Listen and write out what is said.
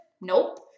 Nope